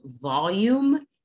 volume